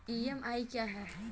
EMI क्या है?